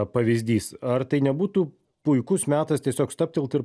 pavyzdys ar tai nebūtų puikus metas tiesiog stabtelt ir